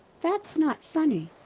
that's not funny.